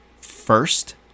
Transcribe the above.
first